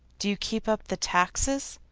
do you keep up the taxes?